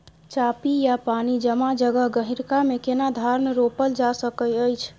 चापि या पानी जमा जगह, गहिरका मे केना धान रोपल जा सकै अछि?